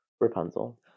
Rapunzel